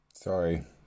Sorry